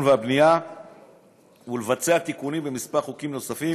והבנייה ולבצע תיקונים בכמה חוקים נוספים,